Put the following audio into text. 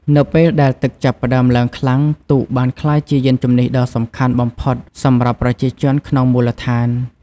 នៅពេលដែលទឹកចាប់ផ្តើមឡើងខ្លាំង ទូកបានក្លាយជាយានជំនិះដ៏សំខាន់បំផុតសម្រាប់ប្រជាជនក្នុងមូលដ្ឋាន។